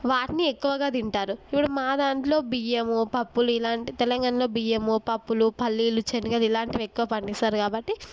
వాటిని ఎక్కువగా తింటారు ఇక్కడ మా దాంట్లో బియ్యము పప్పులు ఇలాంటి తెలంగాణలో బియ్యము పప్పులు పల్లీలు శనగలు ఇలాంటివి ఎక్కువ పండిస్తారు కాబట్టి